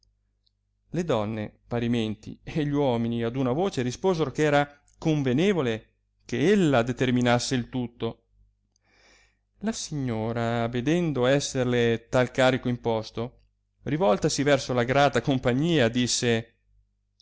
le donne parimente e gli uomini ad una voce risposero che era convenevole che ella determinasse il tutto la signora vedendo esserle tal carico imposto rivoltasi verso la grata compagnia disse